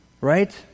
Right